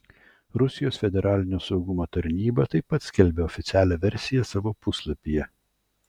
rusijos federalinio saugumo tarnyba taip pat skelbia oficialią versiją savo puslapyje